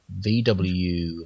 VW